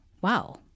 wow